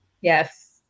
Yes